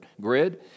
grid